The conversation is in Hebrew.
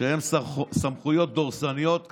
שהן סמכויות דורסניות,